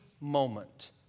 moment